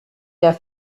der